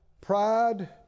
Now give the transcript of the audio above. pride